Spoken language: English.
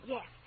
Yes